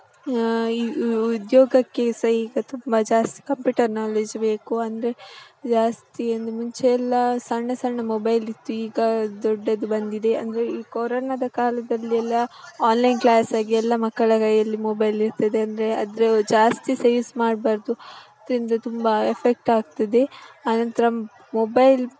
ಈ ಉದ್ಯೋಗಕ್ಕೆ ಸಹ ಈಗ ತುಂಬ ಜಾಸ್ತಿ ಕಂಪ್ಯೂಟರ್ ನಾಲೇಜ್ ಬೇಕು ಅಂದರೆ ಜಾಸ್ತಿ ಅಂದರೆ ಮುಂಚೆ ಎಲ್ಲ ಸಣ್ಣ ಸಣ್ಣ ಮೊಬೈಲ್ ಇತ್ತು ಈಗ ದೊಡ್ಡದು ಬಂದಿದೆ ಅಂದರೆ ಈ ಕೊರೋನದ ಕಾಲದಲ್ಲಿ ಎಲ್ಲ ಆನ್ಲೈನ್ ಕ್ಲಾಸ್ ಆಗಿ ಎಲ್ಲ ಮಕ್ಕಳ ಕೈಯಲ್ಲಿ ಮೊಬೈಲ್ ಇರ್ತದೆ ಅಂದರೆ ಅದು ಜಾಸ್ತಿ ಸಹ ಯೂಸ್ ಮಾಡಬಾರ್ದು ಅದರಿಂದ ತುಂಬ ಎಫೆಕ್ಟ್ ಆಗ್ತದೆ ಆನಂತರ ಮೊಬೈಲ್